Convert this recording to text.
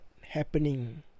happening